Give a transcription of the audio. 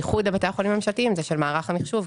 הייחוד לבתי החולים הממשלתיים הוא של מערך המחשוב,